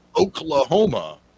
Oklahoma